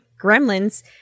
gremlins